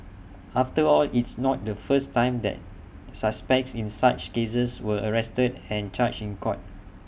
after all it's not the first time that suspects in such cases were arrested and charged in court